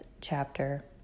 chapter